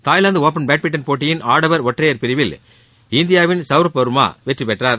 Thailand open badminton போட்டியின் ஆடவர் ஒற்றையர் பிரிவில் இந்தியாவின் சௌரப் வர்மா வெற்றி பெற்றார்